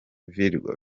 virgo